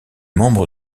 membres